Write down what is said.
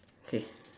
K